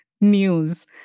news